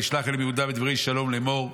וישלח אליהם יהודה בדברי שלום לאמור: